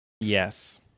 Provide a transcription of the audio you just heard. Yes